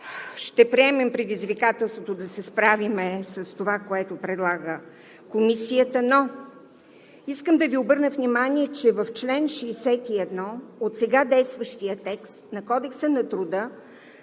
ще приемем предизвикателството да се справим с това, което предлага Комисията. Но искам да Ви обърна внимание, че чл. 61 от сега действащия текст на Кодекса на труда